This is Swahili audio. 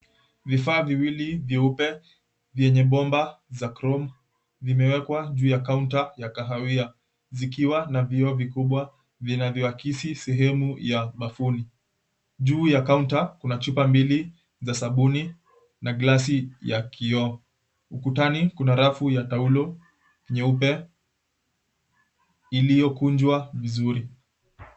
Vifaa viwili vyeupe vyenye bomba za chrome vimewekwa juu ya counter ya kahawia zikiwa na vioo vikubwa vinavyoakisi sehemu ya bafuni. Juu ya counter kuna chupa mbili za sabuni na glasi ya kioo. Ukutani kuna rafu ya taulo nyeupe iliyokunjwa vizuri.